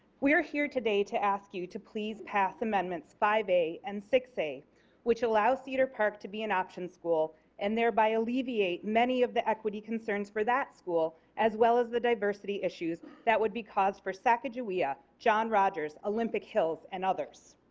we are here today to ask you to please pass amendments five a and six a which allows cedar park to be an option school and thereby alleviate many of the equity concerns for that school as well as the diversity issues that would be caused for sacajawea, john rogers, olympic hills and others.